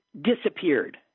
disappeared